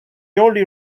early